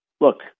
look